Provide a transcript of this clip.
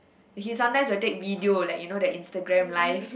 he sometimes will take video like you know the Instagram live